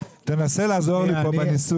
חבר הכנסת טרופר, תנסה לעזור לי פה בניסוח.